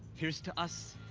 here's to us.